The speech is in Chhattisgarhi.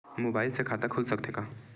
मुबाइल से खाता खुल सकथे का?